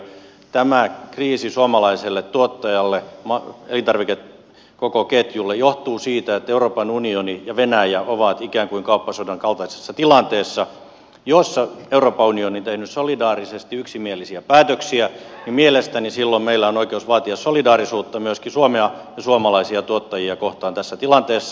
tämä kriisi suomalaiselle tuottajalle koko elintarvikeketjulle johtuu siitä että euroopan unioni ja venäjä ovat ikään kuin kauppasodan kaltaisessa tilanteessa jossa euroopan unioni on tehnyt solidaarisesti yksimielisiä päätöksiä ja mielestäni silloin meillä on oikeus vaatia solidaarisuutta myöskin suomea ja suomalaisia tuottajia kohtaan tässä tilanteessa